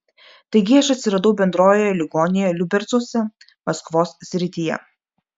taigi aš atsiradau bendrojoje ligoninėje liubercuose maskvos srityje